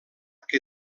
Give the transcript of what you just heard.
que